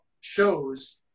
shows